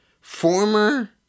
Former